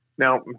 Now